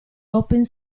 open